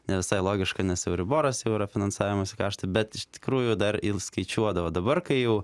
ne visai logiškai nes euriboras jau yra finansavimosi kraštai bet iš tikrųjų dar įskaičiuodavo dabar kai jau